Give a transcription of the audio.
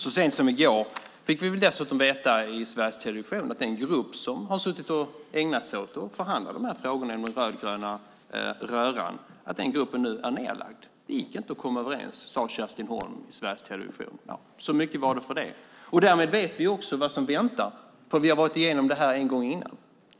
Så sent som i går fick vi dessutom veta via Sveriges Television att den grupp som har ägnat sig åt att förhandla i de här frågorna i den rödgröna röran är nedlagd. Det gick inte att komma överens, sade Kerstin Holm i Sveriges Television. Så mycket var det för det. Därmed vet vi också vad som väntar, för vi har varit igenom det här en gång tidigare.